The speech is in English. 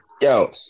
Yo